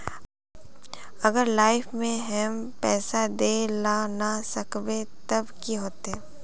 अगर लाइफ में हैम पैसा दे ला ना सकबे तब की होते?